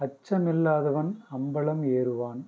அச்சம் இல்லாதவன் அம்பலம் ஏறுவான்